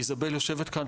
איזבל יושבת כאן,